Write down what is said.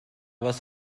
was